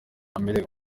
amerewe